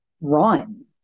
run